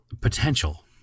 potential